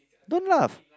don't laugh